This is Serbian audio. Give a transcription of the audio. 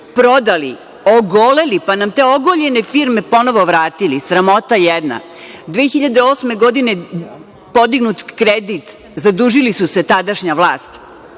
Prodali, ogoleli, pa nam te ogoljene firme ponovo vratili. Sramota jedna. Godine 2008. podignut kredit, zadužili su se, tadašnja vlast,